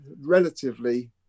relatively